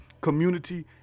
community